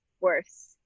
worse